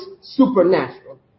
supernatural